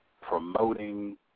promoting